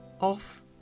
off